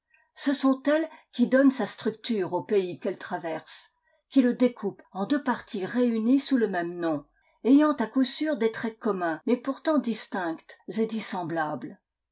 ce sont elles qui donnent sa structure au pays qu'elles traversent qui le découpent en deux parties réunies sous le même nom ayant à coup sûr des traits communs mais pourtant distinctes et dissemblables